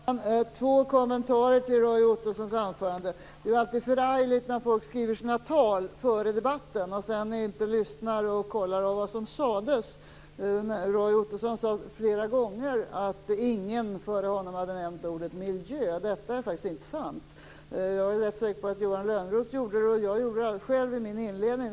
Fru talman! Jag har två kommentarer till Roy Ottossons anförande. Det är alltid förargligt när folk skriver sina tal före debatten och sedan inte lyssnar och kollar vad som sades. Roy Ottosson sade flera gånger att ingen före honom hade nämnt ordet miljö. Detta är faktiskt inte sant. Jag är rätt säker på att Johan Lönnroth gjorde det, och jag gjorde det själv i min inledning.